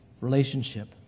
relationship